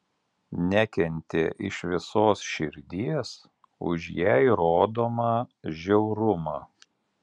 nekentė iš visos širdies už jai rodomą žiaurumą